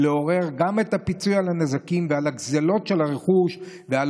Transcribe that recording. חייבים לעורר גם את הפיצוי על הנזקים ועל הגזלות של הרכוש ועל